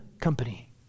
company